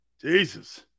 Jesus